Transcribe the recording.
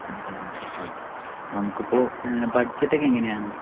Android മതിയല്ലെ okay അപ്പോൾ നമുക്കിപ്പോൾ ബഡ്ജറ്റൊക്കെ എങ്ങനെയാണ്